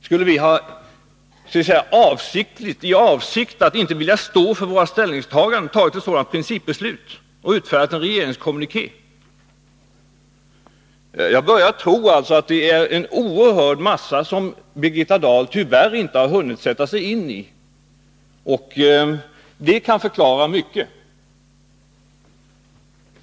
Skulle vi avsiktligt, för att vi inte ville stå för våra ställningstaganden, ha fattat ett sådant principbeslut och utfärdat en regeringskommuniké? Jag börjar tro att det är en oerhörd massa saker som Birgitta Dahl tyvärr inte har hunnit sätta sig in i. Det skulle förklara mycket.